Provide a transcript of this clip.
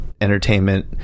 entertainment